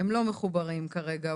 מחוברים כרגע.